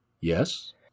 Yes